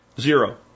Zero